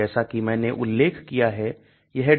जैसा कि मैंने उल्लेख किया है यह DRUGBANK है